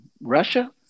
Russia